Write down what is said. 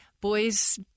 boys